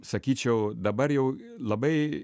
sakyčiau dabar jau labai